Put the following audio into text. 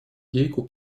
гейку